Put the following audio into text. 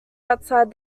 outside